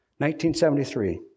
1973